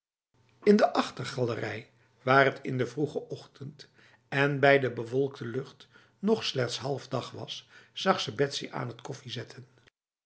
in de achtergalerij waar het in de vroege ochtend en bij de bewolkte lucht nog slechts half dag was zag ze betsy aan het koffie zette